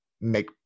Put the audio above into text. make